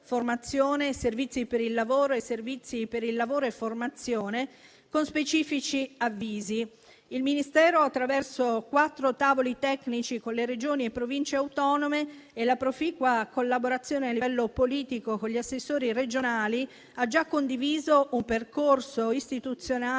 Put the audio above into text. servizi per il lavoro e servizi per il lavoro e formazione, con specifici avvisi. Il Ministero, attraverso quattro tavoli tecnici con le Regioni e le Province autonome e la proficua collaborazione a livello politico con gli assessori regionali, ha già condiviso un percorso istituzionale